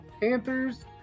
Panthers